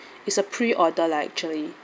it's a pre order lah actually